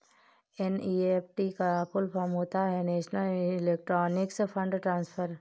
NEFT का full form होता है नेशनल इलेक्ट्रॉनिक्स फण्ड ट्रांसफर